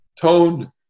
tone